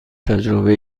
تجربه